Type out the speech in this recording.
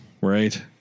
Right